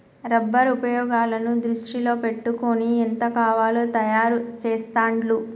rubber ఉపయోగాలను దృష్టిలో పెట్టుకొని ఎంత కావాలో తయారు చెస్తాండ్లు